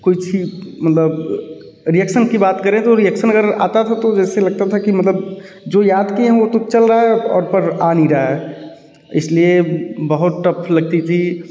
कोई मतलब रिएक्शन की बात करें तो रिएक्शन अगर आता था तो जैसे लगता था कि मतलब जो याद किए हैं वो तो चल रहा है और पर आ नहीं रहा है इसलिए बहुत टफ लगती थी